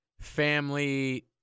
family